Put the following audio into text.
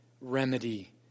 remedy